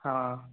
हाँ